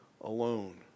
alone